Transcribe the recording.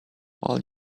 all